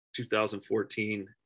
2014